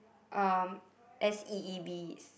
um S E E B